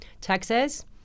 Texas